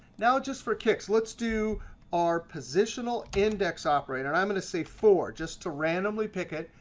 now, just for kicks, let's do our positional index operator. and i'm going to say four just to randomly pick it.